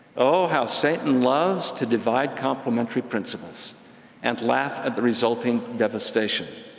oh, how satan loves to divide complementary principles and laugh at the resulting devastation!